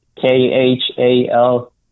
k-h-a-l